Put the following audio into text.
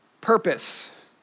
purpose